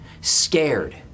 scared